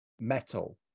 metal